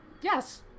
Yes